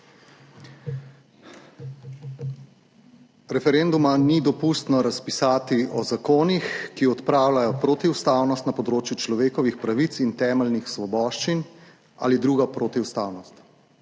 mednarodnih pogodb in tudi o zakonih, ki odpravljajo protiustavnost na področju človekovih pravic in temeljnih svoboščin ali drugo protiustavnost.